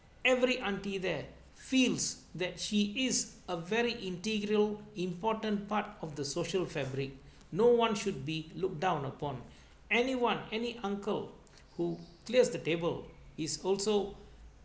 every aunty there feels that she is a very integral important part of the social fabric no one should be looked down upon anyone any uncle who clears the table is also